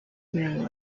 very